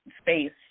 space